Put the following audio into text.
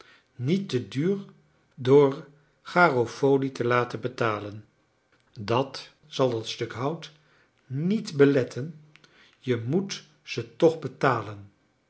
niet te duur door garofoli te laten betalen dat zal dat stuk hout niet beletten je moet ze toch betalen